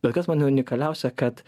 bet kas man unikaliausia kad